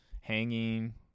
hanging